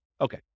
Okay